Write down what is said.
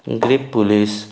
greek police